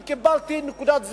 אם קיבלתי נקודת זכות,